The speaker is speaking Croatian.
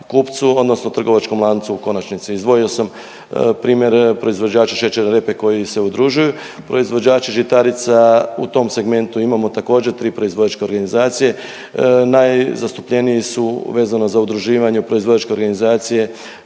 odnosno trgovačkom lancu u konačnici. Izdvojio sam primjer proizvođača šećerne repe koji se udružuju. Proizvođači žitarica u tom segmentu imamo također tri proizvođačke organizacije. Najzastupljeniji su vezano za udruživanje u proizvođačke organizacije